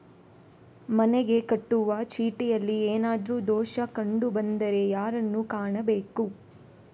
ಮನೆಗೆ ಕಟ್ಟುವ ಚೀಟಿಯಲ್ಲಿ ಏನಾದ್ರು ದೋಷ ಕಂಡು ಬಂದರೆ ಯಾರನ್ನು ಕಾಣಬೇಕು?